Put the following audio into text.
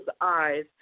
eyes